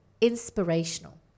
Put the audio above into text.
inspirational